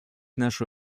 нашу